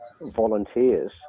volunteers